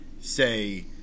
say